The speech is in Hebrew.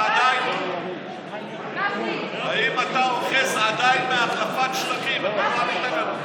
בתי החולים הציבוריים, כמה הם קיבלו?